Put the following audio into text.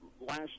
last